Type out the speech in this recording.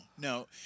No